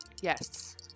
Yes